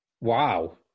Wow